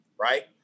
right